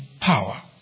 power